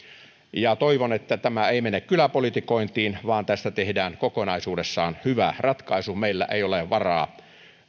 läheltä toivon että tämä ei mene kyläpolitikointiin vaan tästä tehdään kokonaisuudessaan hyvä ratkaisu meillä ei ole varaa